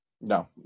no